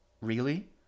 Really